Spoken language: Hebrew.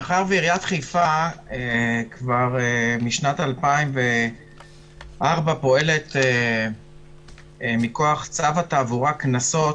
מאחר ועיריית חיפה החל משנת 2004 פועלת מכוח צו התעבורה (עבירות קנסות),